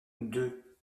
deux